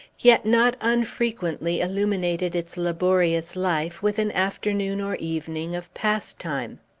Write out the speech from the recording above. yet not unfrequently illuminated its laborious life with an afternoon or evening of pastime.